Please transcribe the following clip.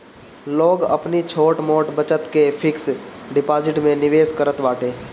लोग अपनी छोट मोट बचत के फिक्स डिपाजिट में निवेश करत बाटे